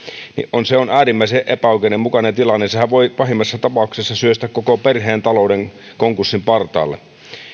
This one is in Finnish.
se on äärimmäisen epäoikeudenmukainen tilanne sehän voi pahimmassa tapauksessa syöstä koko perheen talouden konkurssin partaalle